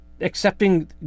accepting